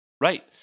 Right